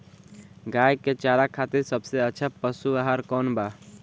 गाय के चारा खातिर सबसे अच्छा पशु आहार कौन बा?